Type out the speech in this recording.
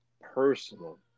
personal